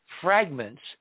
fragments